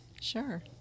sure